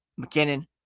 McKinnon